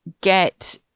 get